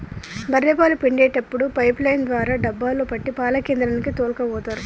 బఱ్ఱె పాలు పిండేప్పుడు పైపు లైన్ ద్వారా డబ్బాలో పట్టి పాల కేంద్రానికి తోల్కపోతరు